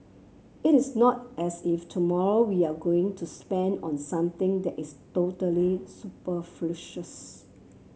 it is not as if tomorrow we are going to spend on something that is totally